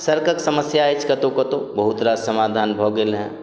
सड़कक समस्या अछि कतहु कतहु बहुत रास समाधान भऽ गेल हँ